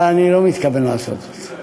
אבל אני לא מתכוון לעשות זאת.